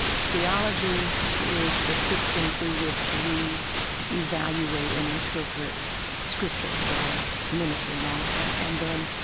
theology is the system through which you evaluate and interpret scripture or ministry and all of that. and then